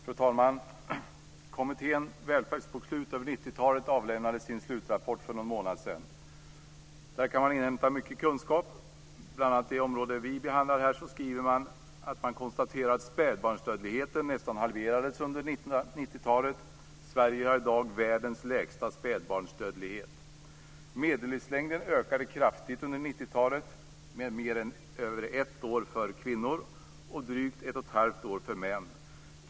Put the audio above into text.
Fru talman! Kommittén Välfärdsbokslut över 90 talet avlämnade sin slutrapport för någon månad sedan. Där kan man inhämta mycket kunskap. Om det område som vi behandlar här skriver man bl.a. att spädbarnsdödligheten nästan halverades under 1990 talet. Sverige har i dag världens lägsta spädbarnsdödlighet. Medellivslängden ökade kraftigt under 90 talet, med mer än över ett år för kvinnor och drygt 1 1⁄2 år för män.